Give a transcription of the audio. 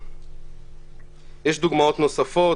יש דוגמאות נוספות.